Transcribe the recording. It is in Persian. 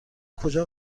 کجا